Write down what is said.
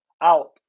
Out